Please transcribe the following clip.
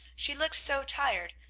she looked so tired,